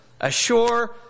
assure